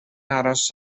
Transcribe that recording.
aros